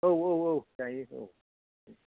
औ जायो औ